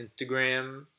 Instagram